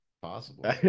possible